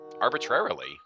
arbitrarily